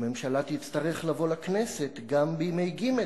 הממשלה תצטרך לבוא לכנסת גם בימי ג',